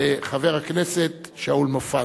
חבר הכנסת שאול מופז.